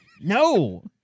no